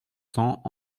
cents